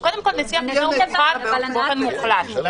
נשיא המדינה מוחרג באופן מוחלט.